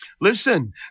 Listen